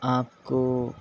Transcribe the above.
آپ کو